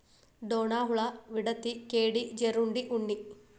ಡೋಣ ಹುಳಾ, ವಿಡತಿ, ಕೇಡಿ, ಜೇರುಂಡೆ, ಉಣ್ಣಿ